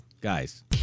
guys